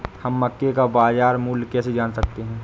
हम मक्के का बाजार मूल्य कैसे जान सकते हैं?